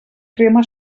crema